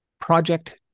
Project